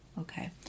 Okay